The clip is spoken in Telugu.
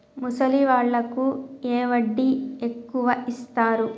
ముసలి వాళ్ళకు ఏ వడ్డీ ఎక్కువ ఇస్తారు?